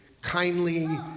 kindly